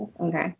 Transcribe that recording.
Okay